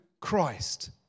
Christ